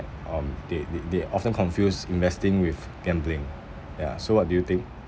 um they they they often confuse investing with gambling ya so what do you think